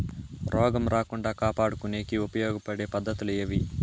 రోగం రాకుండా కాపాడుకునేకి ఉపయోగపడే పద్ధతులు ఏవి?